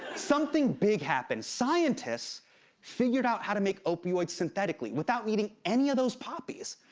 something big happened. scientists figured out how to make opioids synthetically without needing any of those poppies.